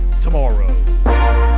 tomorrow